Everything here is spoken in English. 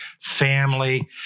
family